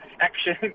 action